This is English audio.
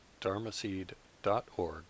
dharmaseed.org